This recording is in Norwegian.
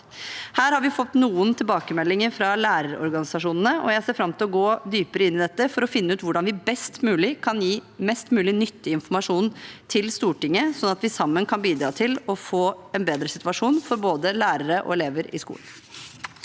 Her har vi fått noen tilbakemeldinger fra lærerorganisasjonene, og jeg ser fram til å gå dypere inn i dette for å finne ut hvordan vi best mulig kan gi mest mulig nyttig informasjon til Stortinget, slik at vi sammen kan bidra til å få en bedre situasjon for både lærere og elever i skolen.